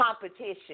competition